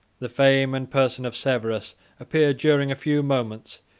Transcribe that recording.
the fame and person of severus appeared, during a few moments,